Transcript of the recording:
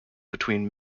between